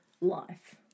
life